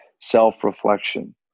self-reflection